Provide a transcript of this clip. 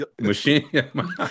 Machine